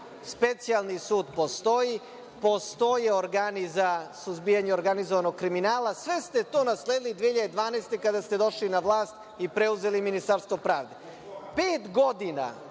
Specijalni sud postoji, postoje organi za suzbijanje organizovanog kriminala. Sve ste to nasledili 2012. godine kada ste došli na vlasti i preuzeli Ministarstvo pravde. Pet